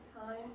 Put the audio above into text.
time